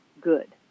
good